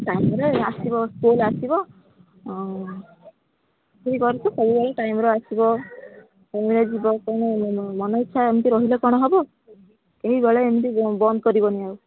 ଟାଇମ୍ରେ ଆସିବ ସ୍କୁଲ ଆସିବ ଠିକ୍ ଅଛି ସବୁବେଳେ ଟାଇମ୍ରେ ଆସିବ ଟାଇମ୍ରେ ଯିବ ତେଣୁ ମନ ଇଚ୍ଛା ଏମିତି ରହିଲେ କ'ଣ ହେବ କେହି ବେଳେ ଏମିତି ବନ୍ଦ କରିବନି ଆଉ